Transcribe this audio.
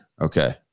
Okay